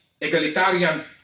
egalitarian